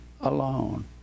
alone